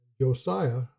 Josiah